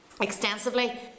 extensively